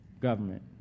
government